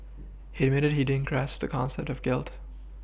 he admitted he didn't grasp the concept of guilt